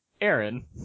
Aaron